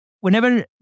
Whenever